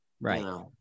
Right